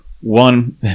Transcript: One